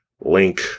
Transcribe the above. link